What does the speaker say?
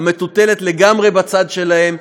המטוטלת לגמרי בצד שלהם,